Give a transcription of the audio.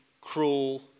cruel